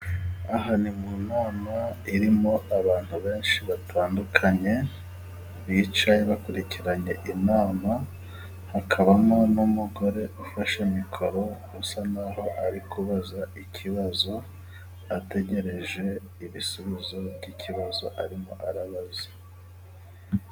Aha ni mu nama irimo abantu benshi batandukanye, bicaye bakurikiranye inama, hakabamo n'umugore ufashe mikoro usa n'aho ari kubaza ikibazo, ategereje ibisubizo by'ikibazo arimo arabaza.